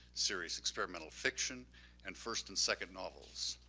serious experimental fiction and first and second novels.